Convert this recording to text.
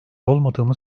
olmadığımı